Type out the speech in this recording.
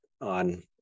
on